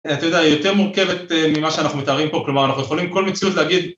‫אתה יודע, היא יותר מורכבת ‫ממה שאנחנו מתארים פה, ‫כלומר, אנחנו יכולים כל מציאות להגיד...